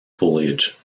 foliage